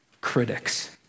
critics